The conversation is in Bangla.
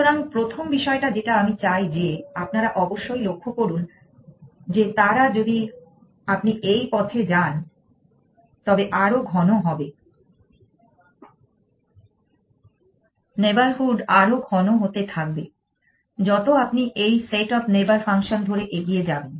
সুতরাং প্রথম বিষয়টা যেটা আমি চাই যে আপনারা অবশ্যই লক্ষ্য করুন যে তারা যদি আপনি এই পথে যান তবে আরও ঘন হবে নেইবরহুড আরও ঘন হতে থাকবে যত আপনি এই সেট অফ নেইবার ফাংশন ধরে এগিয়ে যাবেন